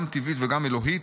גם טבעית וגם אלוהית,